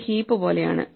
ഒരു ഹീപ്പ് പോലെയാണ്